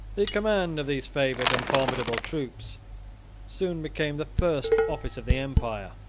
the command of these favored and formidable troops soon became the first office of the empire.